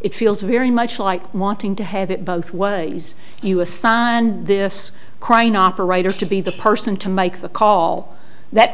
it feels very much like wanting to have it both ways you assign this crying operator to be the person to make the call that